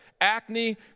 acne